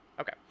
Okay